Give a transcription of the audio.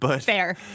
Fair